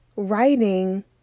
Writing